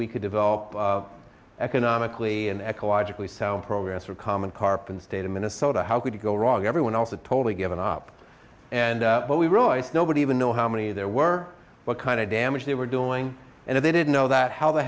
we could develop economically and ecologically sound progress for common carp and state in minnesota how could it go wrong everyone else a totally given up and what we realized nobody even know how many there were what kind of damage they were doing and they didn't know that how the